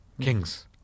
Kings